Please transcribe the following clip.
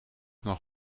nog